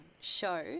show